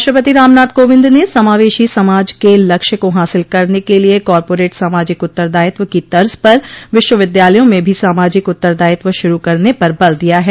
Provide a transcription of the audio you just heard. राष्ट्रपति रामनाथ कोविंद ने समावेशी समाज के लक्ष्य को हासिल करने के लिए कॉरपोरेट सामाजिक उत्तरदायित्व की तर्ज़ पर विश्वविद्यालयों में भी सामाजिक उत्तरदायित्व शुरू करने पर बल दिया है